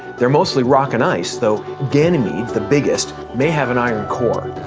they're mostly rock and ice, though ganymede, the biggest, may have an iron core.